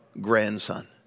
grandson